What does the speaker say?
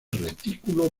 retículo